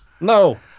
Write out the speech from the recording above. No